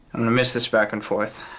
miss this back and forth.